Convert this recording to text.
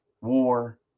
War